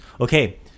Okay